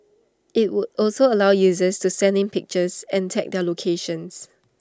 IT would also allow users to send in pictures and tag their locations